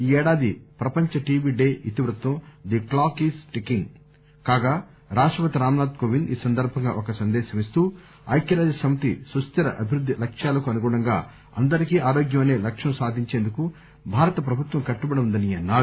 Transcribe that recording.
ఈ ఏడాది ప్రపంచ టిబి డే ఇతివృత్తం ద క్లాక్ ఈజ్ టిక్కింగ్ రాష్టపతి రామ్సాథ్ కోవింద్ ఈ సందర్బంగా ఒక సందేశమిస్తూ ఐక్యరాజ్యసమితి సుస్టిర అభివృద్ది లక్ష్యాలకు అనుగుణంగా అందరికీ ఆరోగ్యం అసే లక్ష్యం సాధించేందుకు భారత ప్రభుత్వం కట్టుబడి ఉందని అన్నారు